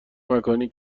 مکانی